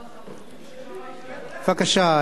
בבקשה, אפשר להמשיך.